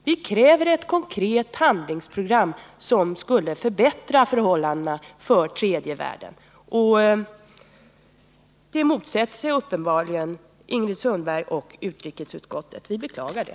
Vi kräver ett konkret handlingsprogram i syfte att förbättra förhållandena för tredje världen. Uppenbarligen motsätter sig Ingrid Sundberg och utskottet detta, och vi beklagar det.